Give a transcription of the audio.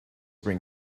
bring